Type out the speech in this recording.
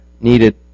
needed